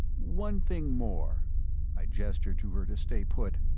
one thing more i gestured to her to stay put.